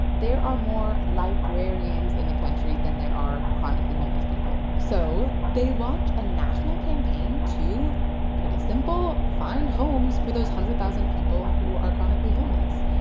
there are more librarians in the country than there are chronically homeless people so they launch a national campaign to pretty simple find homes for those hundred thousand people who are chronically homeless.